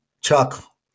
Chuck